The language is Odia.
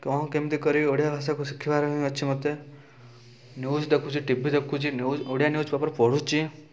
କ'ଣ କେମିତି କରିକି ଓଡ଼ିଆ ଭାଷାକୁ ଶିଖିବାର ଅଛି ମୋତେ ନ୍ୟୁଜ୍ ଦେଖୁଛି ଟି ଭି ଦେଖୁଛି ନ୍ୟୁଜ୍ର ଓଡ଼ିଆ ନ୍ୟୁଜ୍ ଖବର ପଢ଼ୁଛି